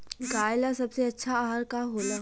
गाय ला सबसे अच्छा आहार का होला?